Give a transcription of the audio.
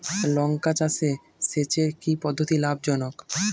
লঙ্কা চাষে সেচের কি পদ্ধতি লাভ জনক?